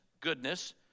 goodness